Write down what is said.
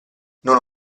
non